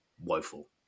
woeful